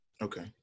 okay